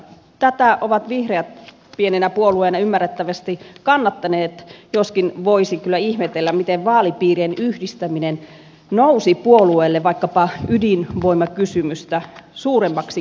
tätä ovat vihreät pienenä puolueena ymmärrettävästi kannattaneet joskin voisi kyllä ihmetellä miten vaalipiirien yhdistäminen nousi puolueelle vaikkapa ydinvoimakysymystä suuremmaksi kynnyskysymykseksi